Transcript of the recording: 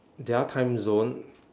their timezone